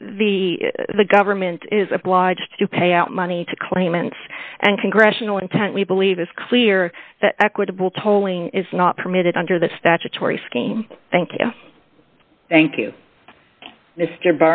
the the government is obliged to pay out money to claimants and congressional intent we believe is clear that equitable tolling is not permitted under the statutory scheme thank you thank you mr